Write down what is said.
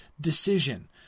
decision